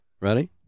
Ready